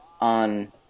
on